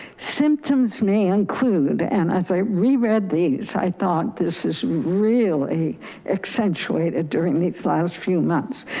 symptoms may include. and as i re-read these, i thought this is really accentuated during these last few months,